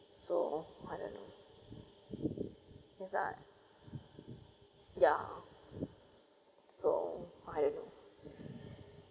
so I don't know it's like ya so I don't know